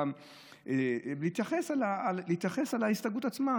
ולהתייחס להסתייגות עצמה.